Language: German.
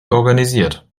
organisiert